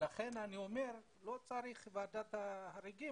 ולכן אני אומר שלא צריך ועדת חריגים.